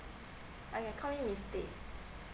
uh yeah call me miss stay